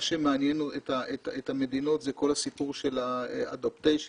שמעניין את המדינות זה כל הסיפור של ה-אדפטיישן,